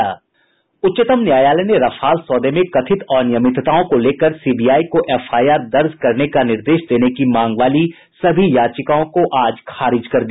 उच्चतम न्यायालय ने रफाल सौदे में कथित अनियमितताओं को लेकर सी बीआई को एफआईआर दायर करने का निर्देश देने की मांग वाली सभी याचिकाओं को आज खारिज कर दिया